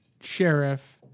sheriff